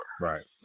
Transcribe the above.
right